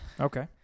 Okay